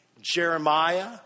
Jeremiah